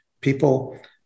People